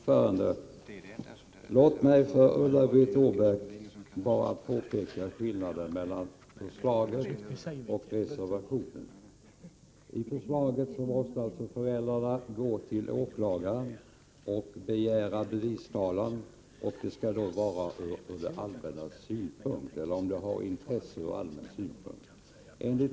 Herr talman! Låt mig för Ulla-Britt Åbark bara påpeka skillnaden mellan förslaget och reservationen. Enligt förslaget måste föräldrarna gå till åklagaren och begära bevistalan. Detta får bara ske om det krävs ur allmän synpunkt.